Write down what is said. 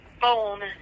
phone